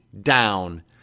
down